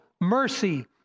mercy